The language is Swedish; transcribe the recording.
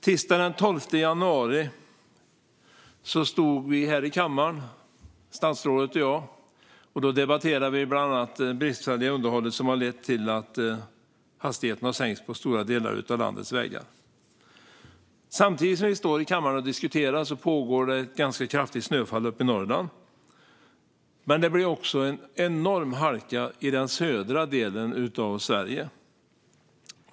Tisdagen den 12 januari stod statsrådet och jag här i kammaren och debatterade bland annat det bristfälliga underhållet, som har lett till att hastigheten har sänkts på stora delar av landets vägar. Samtidigt som vi stod i kammaren och diskuterade pågick ett ganska kraftigt snöfall uppe i Norrland. Det blev också en enorm halka i den södra delen av Sverige.